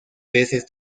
veces